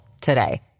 today